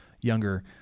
younger